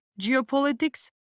geopolitics